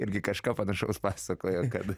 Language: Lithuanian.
irgi kažką panašaus pasakojo kad